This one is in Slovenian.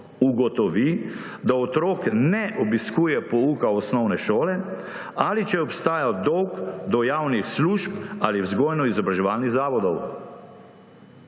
ugotovi, da otrok ne obiskuje pouka osnovne šole, ali če obstaja dolg do javnih služb ali vzgojno-izobraževalnih zavodov.